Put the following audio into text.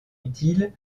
utile